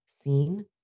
seen